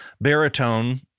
baritone